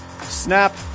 snap